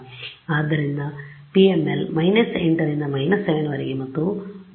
ಆದ್ದರಿಂದ PML 8 ರಿಂದ 7 ರವರೆಗೆ ಮತ್ತು ಮೂಲವು 7